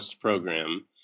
program